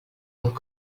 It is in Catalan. molt